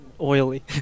oily